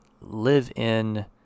live-in